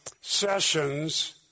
sessions